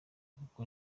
nk’uko